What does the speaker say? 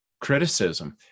criticism